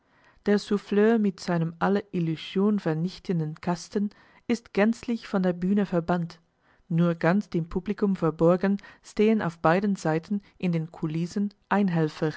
der souffleur mit seinem alle illusion vernichtenden kasten ist gänzlich von der bühne verbannt nur ganz dem publikum verborgen stehen auf beiden seiten in den kulissen